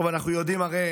הרי